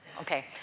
Okay